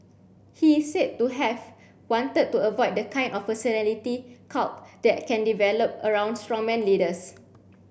he is said to have wanted to avoid the kind of personality cult that can develop around strongman leaders